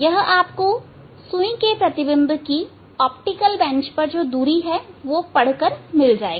यह आपको सुई के प्रतिबिंब की ऑप्टिकल बेंच पर दूरी पढ़कर मिल जाएगी